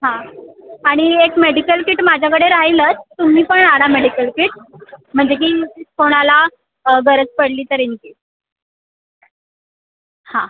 हां आणि एक मेडिकल किट माझ्याकडे राहिलच तुम्ही पण आणा मेडिकल किट म्हणजे की कोणाला गरज पडली तर इन केस हां